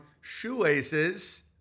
Shoelaces